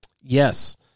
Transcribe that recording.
Yes